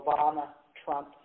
Obama-Trump